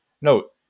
No